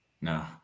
No